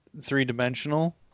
three-dimensional